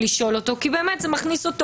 כי זה מכניס אותו